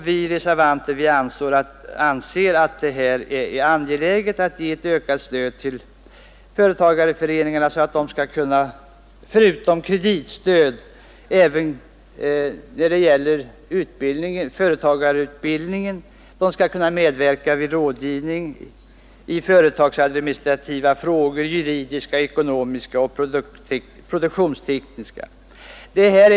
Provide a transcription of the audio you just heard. Vi reservanter anser att det är angeläget att ge ett ökat stöd till företagarföreningarna, så att de förutom att ge kreditstöd skall kunna medverka i företagarutbildningen och med rådgivning i företagsadministrativa, juridiska, ekonomiska och produktionstekniska frågor.